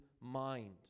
mind